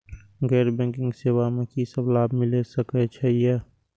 गैर बैंकिंग सेवा मैं कि सब लाभ मिल सकै ये?